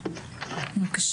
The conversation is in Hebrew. בבקשה.